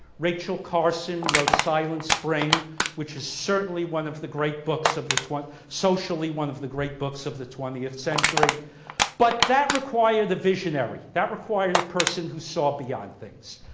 rachel carson wrote silent spring which is certainly one of the great books of this socially one of the great books of the twentieth century but that require the visionary that required a person who saw beyond things.